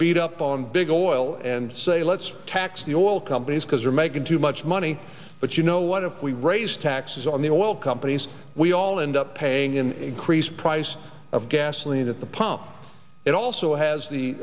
beat up on big oil and say let's tax the oil companies because they're making too much money but you know what if we raise taxes on the oil companies we all end up paying an increased price of gasoline at the pump it also has the